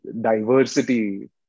Diversity